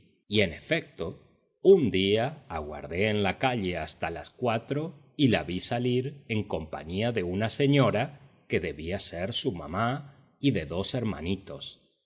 y en efecto un día aguardé en la calle hasta las cuatro y la vi salir en compañía de una señora que debía de ser su mamá y de dos hermanitos